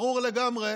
ברור לגמרי